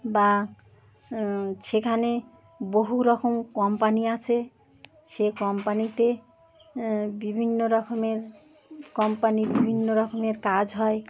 বা সেখানে বহু রকম কোম্পানি আছে সে কোম্পানিতে বিভিন্ন রকমের কোম্পানি বিভিন্ন রকমের কাজ হয়